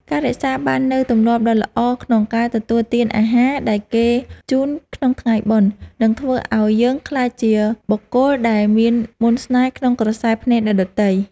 ការរក្សាបាននូវទម្លាប់ដ៏ល្អក្នុងការទទួលទានអាហារដែលគេជូនក្នុងថ្ងៃបុណ្យ នឹងធ្វើឱ្យយើងក្លាយជាបុគ្គលដែលមានមន្តស្នេហ៍ក្នុងក្រសែភ្នែកអ្នកដទៃ។